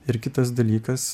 ir kitas dalykas